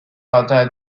山西省